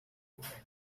women